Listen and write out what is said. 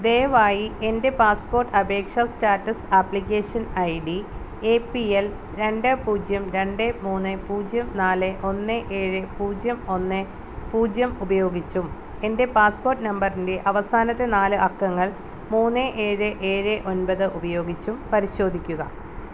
ദയവായി എൻ്റെ പാസ്പോർട്ട് അപേക്ഷ status application I D A P L രണ്ട് പൂജ്യം രണ്ട് മൂന്ന് പൂജ്യം നാല് ഒന്ന് ഏഴ് പൂജ്യം ഒന്ന് പൂജ്യം ഉപയോഗിച്ചും എൻ്റെ പാസ്പോർട്ട് നമ്പറിൻ്റെ അവസാനത്തെ നാല് അക്കങ്ങൾ മൂന്ന് ഏഴ് ഏഴ് ഒൻപത് ഉപയോഗിച്ചും പരിശോധിക്കുക